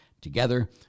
together